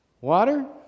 Water